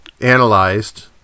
analyzed